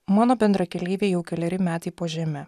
mano bendrakeleivė jau keleri metai po žeme